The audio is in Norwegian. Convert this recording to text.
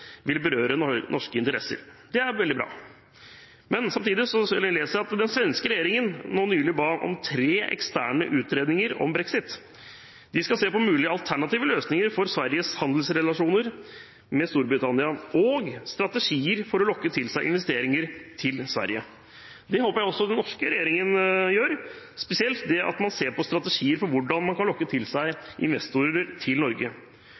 vil berøre norske interesser. Det er veldig bra. Men samtidig leser jeg at den svenske regjeringen nå nylig ba om tre eksterne utredninger om brexit. De skal se på mulige alternative løsninger for Sveriges handelsrelasjoner med Storbritannia og på strategier for å lokke til seg investeringer til Sverige. Det håper jeg også den norske regjeringen gjør, spesielt det å se på strategier for hvordan man kan lokke til seg investorer til Norge.